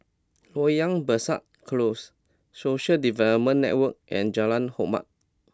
Loyang Besar Close Social Development Network and Jalan Hormat